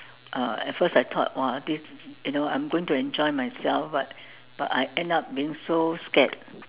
uh at first I thought !wah! this you know I'm going to enjoy myself but I I end up being so scared